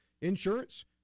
Insurance